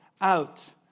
out